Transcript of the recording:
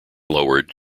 lowered